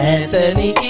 Anthony